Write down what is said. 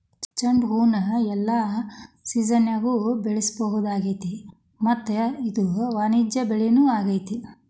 ಚಂಡುಹೂನ ಎಲ್ಲಾ ಸಿಜನ್ಯಾಗು ಬೆಳಿಸಬಹುದಾಗೇತಿ ಮತ್ತ ಇದು ವಾಣಿಜ್ಯ ಬೆಳಿನೂ ಆಗೇತಿ